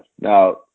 Now